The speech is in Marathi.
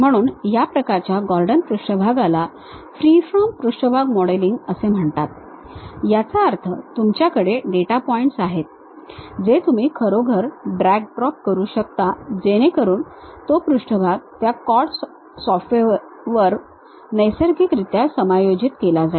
म्हणून या प्रकारच्या गॉर्डन पृष्ठभागाला फ्रीफॉर्म पृष्ठभाग मॉडेलिंग म्हणतात याचा अर्थ तुमच्याकडे डेटा पॉइंट्स आहेत जे तुम्ही खरोखर ड्रॅग ड्रॉप करू शकता जेणेकरून तो पृष्ठभाग त्या CAD सॉफ्टवेअरवर नैसर्गिकरित्या समायोजित केला जाईल